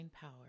power